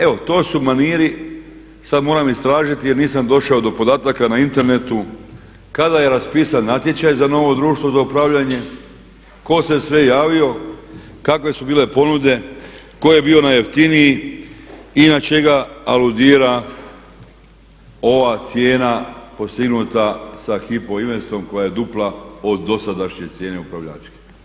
Evo to su maniri, sada moram istražiti jer nisam došao do podataka na internetu kada je raspisan natječaj za novo društvo za upravljanje, tko se sve javio, kakve su bile ponude, tko je bio najjeftiniji i na što aludira ova cijena postignuta sa Hypo Investom koja je dupla od dosadašnje cijene upravljačke.